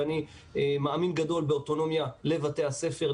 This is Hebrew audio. ואני מאמין גדול באוטונומיה לבתי הספר,